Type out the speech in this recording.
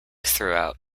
throughout